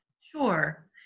Sure